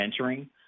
mentoring